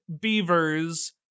Beaver's